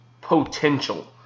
potential